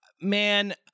Man